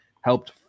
helped